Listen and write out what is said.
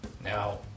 now